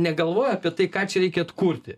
negalvoja apie tai ką čia reikia atkurti